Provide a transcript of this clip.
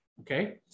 Okay